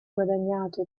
guadagnato